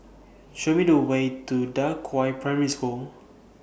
Show Me The Way to DA Qiao Primary School